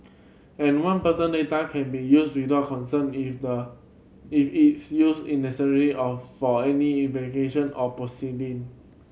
and one personal data can be used without consent if the if its use is necessary of for any or proceeding